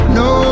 no